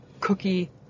cookie